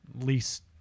least